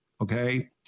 Okay